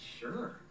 Sure